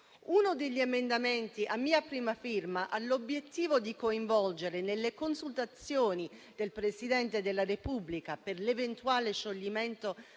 Uno degli emendamenti a mia prima firma ha l'obiettivo di coinvolgere nelle consultazioni del Presidente della Repubblica per l'eventuale scioglimento